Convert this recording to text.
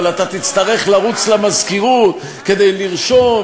אבל אתה תצטרך לרוץ למזכירות כדי לרשום,